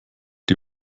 die